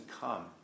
come